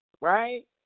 right